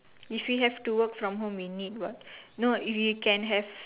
if he have to work from home he need what no if you can have